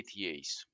ATAs